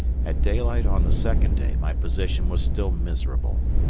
at daylight on the second day my position was still miserable.